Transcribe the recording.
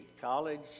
college